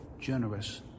generous